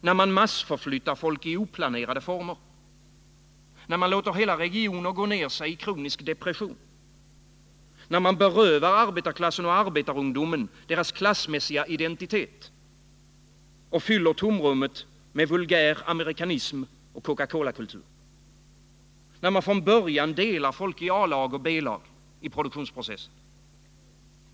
När man massförflyttar folk i oplanerade former? När man låter hela regioner gå ner sig i kronisk depression? När man berövar arbetarklassen och arbetarungdomen deras klassmässiga identitet och fyller tomrummet med vulgär amerikanism och Coca-Cola-kultur? När man från början delar folk i A-lag och B-lag i produktionsprocessen?